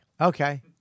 Okay